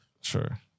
Sure